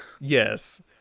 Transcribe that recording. Yes